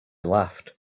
laughed